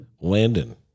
Landon